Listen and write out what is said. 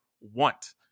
want